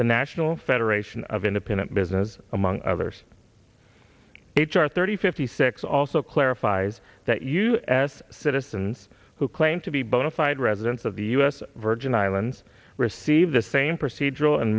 the national federation of independent business among others h r thirty fifty six also clarifies that u s citizens who claim to be bona fide residents of the u s virgin islands receive the same procedural and